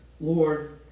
Lord